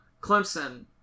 Clemson